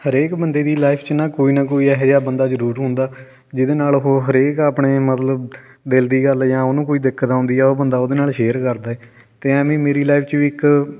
ਹਰੇਕ ਬੰਦੇ ਦੀ ਲਾਈਫ 'ਚ ਨਾ ਕੋਈ ਨਾ ਕੋਈ ਇਹੋ ਜਿਹਾ ਬੰਦਾ ਜ਼ਰੂਰ ਹੁੰਦਾ ਜਿਹਦੇ ਨਾਲ ਉਹ ਹਰੇਕ ਆਪਣੇ ਮਤਲਬ ਦਿਲ ਦੀ ਗੱਲ ਜਾਂ ਉਹਨੂੰ ਕੋਈ ਦਿੱਕਤ ਆਉਂਦੀ ਆ ਉਹ ਬੰਦਾ ਉਹਦੇ ਨਾਲ ਸ਼ੇਅਰ ਕਰਦਾ ਏ ਅਤੇ ਐਵੇਂ ਮੇਰੀ ਲਾਈਫ 'ਚ ਵੀ ਇੱਕ